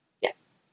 Yes